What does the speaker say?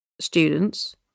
students